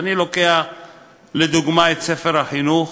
ואני לוקח לדוגמה את ספר החינוך,